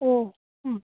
ओ